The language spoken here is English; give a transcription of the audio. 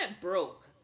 broke